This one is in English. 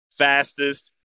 fastest